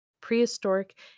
prehistoric